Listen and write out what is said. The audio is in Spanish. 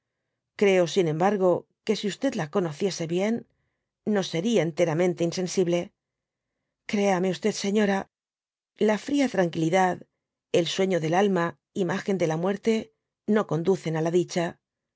creo sin embargo que si e la conociese bien no seria enteramente insensible créame se ora la fría tranquilla dby google dad el sueño del alma imagen de lamuei te no conducen á la dicha